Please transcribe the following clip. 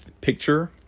picture